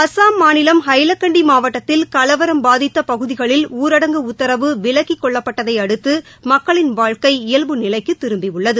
அஸ்ஸாம் மாநிலம் ஹைலக்கண்டி மாவட்டத்தில் கலவரம் பாதித்த பகுதிகளில் ஊரடங்கு உத்தரவு விலக்கிக் கொள்ளப்பட்டதை அடுத்து மக்களின் வாழ்க்கை இயல்பு நிலைக்கு திரும்பியுள்ளது